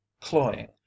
cloying